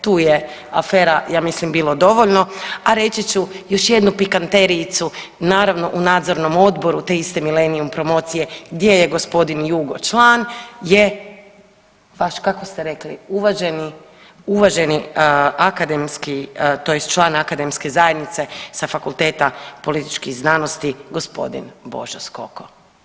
Tu je afera ja mislim bilo dovoljno, a reći ću još jednu pikanterijicu naravno u Nadzornom odboru te iste Milenium promocije gdje je gospodin Jugo član je vaš kako ste rekli uvaženi akademski, tj. član akademske zajednice sa Fakulteta političkih znanosti gospodin Božo Skoko.